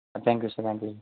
thank you sir